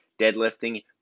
deadlifting